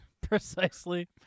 precisely